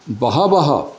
बहवः